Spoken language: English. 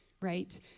right